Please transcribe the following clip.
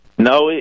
No